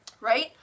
right